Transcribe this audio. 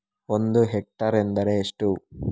ಒಂದು ಹೆಕ್ಟೇರ್ ಎಂದರೆ ಎಷ್ಟು?